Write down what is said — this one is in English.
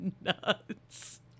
nuts